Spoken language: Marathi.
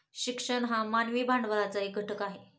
शिक्षण हा मानवी भांडवलाचा एक घटक आहे